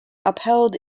upheld